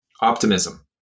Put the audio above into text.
optimism